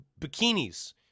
bikinis